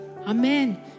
Amen